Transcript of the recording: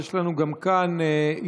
יש לנו גם כאן התנגדות.